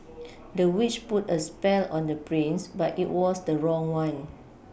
the witch put a spell on the prince but it was the wrong one